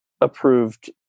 approved